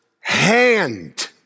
hand